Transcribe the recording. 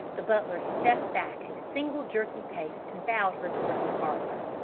the butler stepped back a single jerky pace and bowed her towards the parlor.